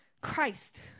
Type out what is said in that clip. Christ